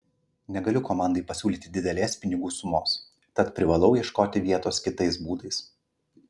negaliu komandai pasiūlyti didelės pinigų sumos tad privalau ieškoti vietos kitais būdais